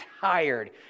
tired